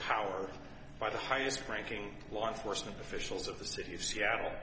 power by the highest ranking law enforcement officials of the city of seattle